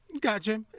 Gotcha